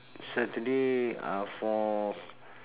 saturday uh for